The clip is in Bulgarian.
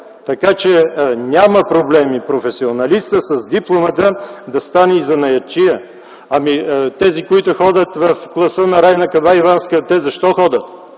Така че няма проблеми професионалистът с дипломата да стане и занаятчия. Ами тези, които ходят в класа на Райна Кабаиванска – те защо ходят?